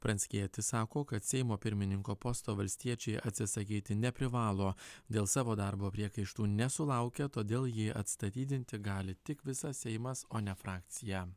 pranckietis sako kad seimo pirmininko posto valstiečiai atsisakyti neprivalo dėl savo darbo priekaištų nesulaukia todėl jį atstatydinti gali tik visas seimas o ne frakcija